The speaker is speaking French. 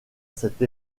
cette